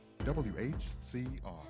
W-H-C-R